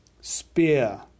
Spear